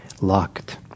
locked